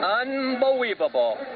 Unbelievable